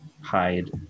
hide